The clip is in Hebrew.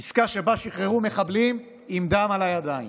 עסקה שבה שחררו מחבלים עם דם על הידיים.